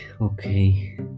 Okay